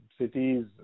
cities